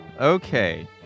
Okay